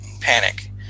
panic